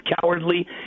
cowardly